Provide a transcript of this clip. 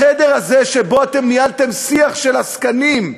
בחדר הזה, שבו אתם ניהלתם שיח של עסקנים,